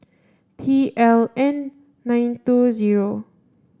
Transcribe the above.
T L N nine two zero